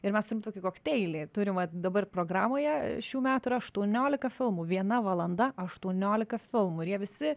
ir mes turim tokį kokteilį turim vat dabar programoje šių metų yra aštuoniolika filmų viena valanda aštuoniolika filmų ir jie visi